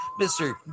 Mr